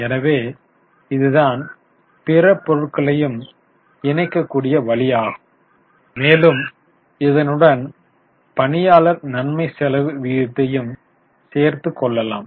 எனவே இதுதான் பிற பொருட்களையும் இணைக்கக்கூடிய வழி ஆகும் மேலும் இதனுடன் பணியாளர் நன்மை செலவு விகிதத்தையும் சேர்த்து கொள்ளலாம்